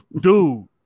dude